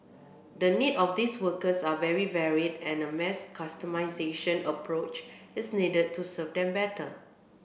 the need of these workers are very varied and a mass customisation approach is needed to serve them better